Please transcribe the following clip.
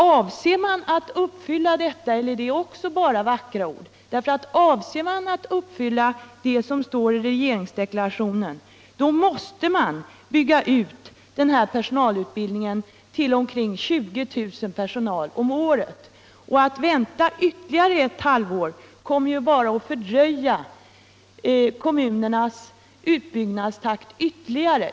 Avser man att uppfylla denna utfästelse, eller är det också bara vackra ord? Avser man att uppfylla vad som står i regeringsdeklarationen, så måste man bygga ut personalutbildningen till omkring 20 000 platser om året. Att vänta ytterligare ett halvår kommer bara att sänka kommunernas utbyggnadstakt ytterligare.